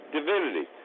divinity